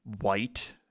white